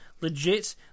legit